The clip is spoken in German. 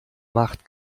macht